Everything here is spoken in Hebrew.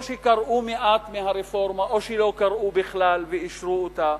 או שקראו מעט מהרפורמה או שלא קראו בכלל ואישרו אותה.